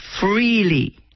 freely